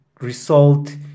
result